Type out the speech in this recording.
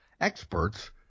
experts